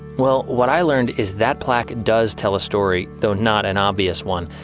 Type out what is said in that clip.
well, what i learned is that plaque does tell a story though not an obvious one.